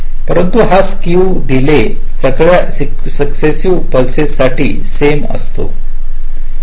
परंतु हा skew delay सगळा सुकसेस्सीवे पल्सेस साठी सेम असतो